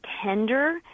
tender